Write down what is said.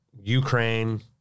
Ukraine